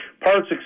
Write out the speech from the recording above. parts